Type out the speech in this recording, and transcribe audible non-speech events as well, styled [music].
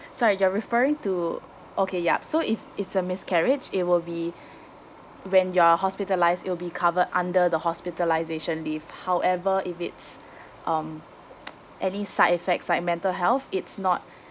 sorry you're referring to okay yup so if it's a miscarriage it will be [breath] when you're hospitalised it'll be covered under the hospitalisation leave however if it's [breath] um any side effects like mental health it's not [breath]